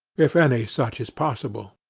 if any such is possible.